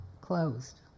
closed